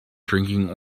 drinking